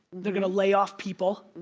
they're going to lay off people,